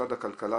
משרד הכלכלה,